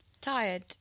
tired